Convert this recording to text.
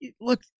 look